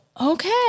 okay